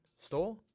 store